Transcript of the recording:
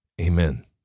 Amen